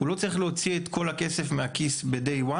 הוא לא צריך להוציא את כל הכסף מהכיס ביום הראשון.